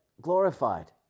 glorified